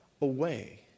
away